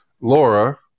Laura